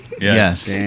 Yes